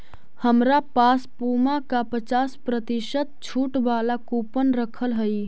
हमरा पास पुमा का पचास प्रतिशत छूट वाला कूपन रखल हई